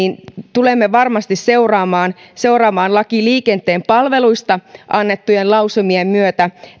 tulemme varmasti seuraamaan seuraamaan lakiin liikenteen palveluista annettujen lausumien myötä